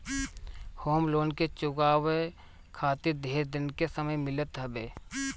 home loan के चुकावे खातिर ढेर दिन के समय मिलत हवे